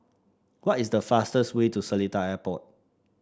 what is the fastest way to Seletar Airport